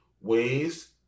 ways